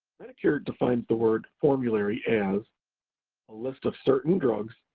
medicare defines the word formulary as a list of certain drugs,